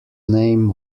name